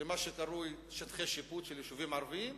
מה שקרוי שטחי שיפוט של יישובים ערביים,